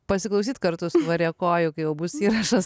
pasiklausyt kartu su variakoju kai jau bus įrašas